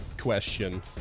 question